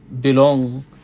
belong